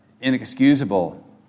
inexcusable